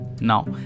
Now